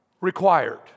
required